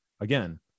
Again